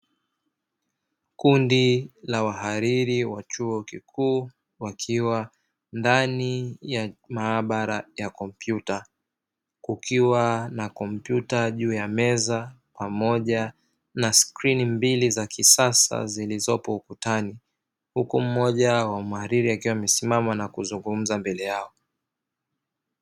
Kundi la wahariri wa chuo kikuu, wakiwa ndani ya maabara ya kompyuta, kukiwa na kompyuta juu ya meza pamoja na skrini mbili za kisasa zilizopo ukutani. Huku mmoja wa mhariri, akiwa amesimama na kuzungumza mbele yao.